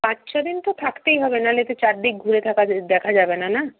পাঁচ ছদিন তো থাকতেই হবে না হলে তো চারদিক ঘুরে দেখা যাবে না না